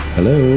Hello